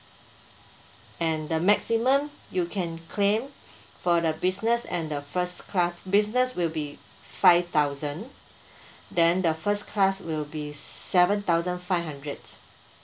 and the maximum you can claim for the business and the first class business will be five thousand then the first class will be seven thousand five hundred